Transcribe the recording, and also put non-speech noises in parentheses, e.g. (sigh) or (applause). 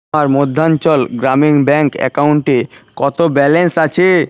(unintelligible) Madhyanchal Gramin Bank অ্যাকাউন্টে কত balance আছে